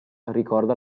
ricorda